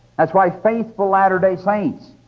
that's why faithful latter-day saints